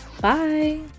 Bye